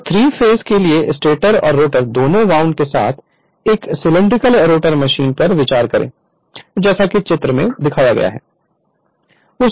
Refer Slide Time 0743 तो 3 phase के लिए स्टेटर और रोटर दोनों वाउंड के साथ एक सिलैंडरिकल रोटर मशीन पर विचार करें जैसा कि चित्र में दिखाया गया है